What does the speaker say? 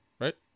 right